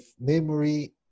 memory